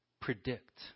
predict